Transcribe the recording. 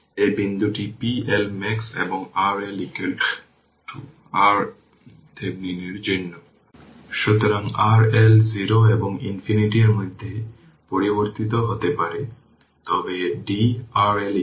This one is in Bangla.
আমি অবিলম্বে উত্তর দেয়ার চেষ্টা করবো আমি আমার সর্বোত্তম চেষ্টা করছি সবকিছু বলার জন্য কিন্তু এই 1টি বা 2টি বিষয় আমি ছেড়ে যাচ্ছি